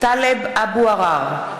טלב אבו עראר,